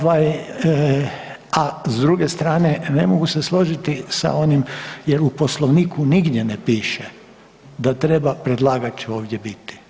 Ovaj, a s druge strane ne mogu se složiti sa onim jer u Poslovniku nigdje ne piše da treba predlagač ovdje biti.